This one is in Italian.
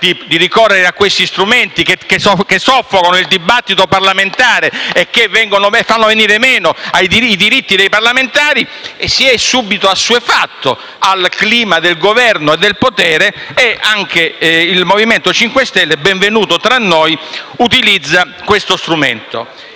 di ricorrere a strumenti che soffocano il dibattito parlamentare e fanno venire meno i diritti dei parlamentari, si sia subito assuefatto al clima del Governo e del potere. Anche il MoVimento 5 Stelle - benvenuto tra noi - utilizza così questo strumento,